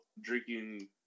drinking